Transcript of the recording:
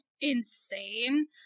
insane